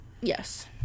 Yes